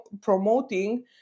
promoting